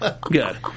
good